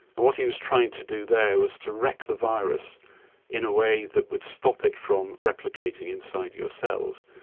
what he was trying to do there was to wreck the virus in a way that would stop it from replicating inside your cells,